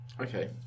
Okay